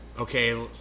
okay